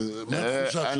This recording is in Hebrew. מה התחושה שלך?